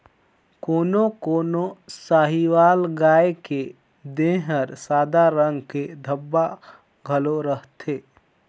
कोनो कोनो साहीवाल गाय के देह हर सादा रंग के धब्बा घलो रहथे